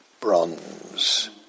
bronze